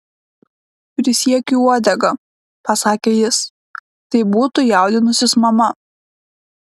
prisiekiu uodega pasakė jis tai būtų jaudinusis mama